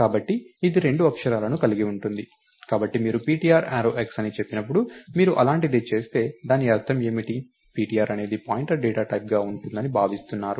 కాబట్టి ఇది రెండు అక్షరాలను కలిగి ఉంటుంది కాబట్టి మీరు ptr యారో x అని చెప్పినప్పుడు మీరు అలాంటిది చూస్తే దాని అర్థం ఏమిటి ptr అనేది పాయింటర్ డేటా టైప్ గా ఉంటుందని భావిస్తున్నారు